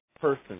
person